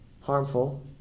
harmful